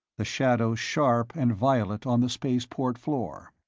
the shadows sharp and violet on the spaceport floor.